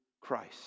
Christ